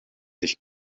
sich